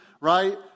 right